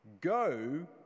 Go